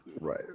Right